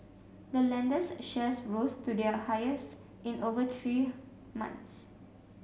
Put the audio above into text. the lender's shares rose to their highest in over three months